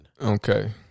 Okay